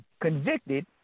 convicted